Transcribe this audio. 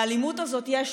באלימות הזאת יש